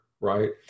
right